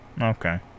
Okay